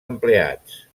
empleats